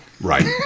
Right